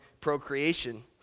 procreation